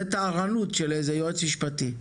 זה טהרנות של איזה יועץ משפטי,